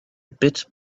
bit